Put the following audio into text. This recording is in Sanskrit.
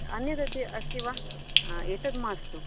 अन्यद् अस्ति वा एतद् मास्तु